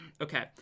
Okay